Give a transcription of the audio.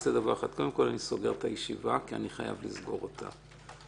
אני סוגר את הישיבה כי אני חייב לסגור אותה.